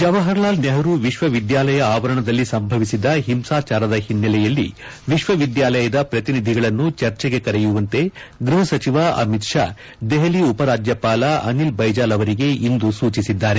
ಜವಾಹರ್ ಲಾಲ್ ನೆಹರೂ ವಿಕ್ಷ ವಿದ್ಯಾಲಯ ಆವರಣದಲ್ಲಿ ಸಂಭವಿಸಿದ ಹಿಂಸಾಚಾರದ ಹಿನ್ನೆಲೆಯಲ್ಲಿ ವಿಕ್ಷ ವಿದ್ಯಾಲಯದ ಪ್ರತಿನಿಧಿಗಳನ್ನು ಚರ್ಚೆಗೆ ಕರೆಯುವಂತೆ ಗ್ಬಹ ಸಚಿವ ಅಮಿತ್ ಷಾ ದೆಹಲಿ ಉಪರಾಜ್ಲಪಾಲ ಅನಿಲ್ ಬೈಜಾಲ್ ಅವರಿಗೆ ಇಂದು ಸೂಚಿಸಿದ್ದಾರೆ